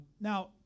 Now